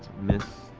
miss.